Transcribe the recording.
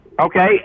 Okay